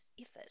effort